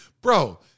bro